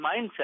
mindset